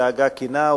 דאגה כנה.